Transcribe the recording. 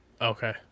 Okay